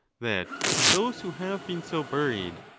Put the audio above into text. that those who have been so buried,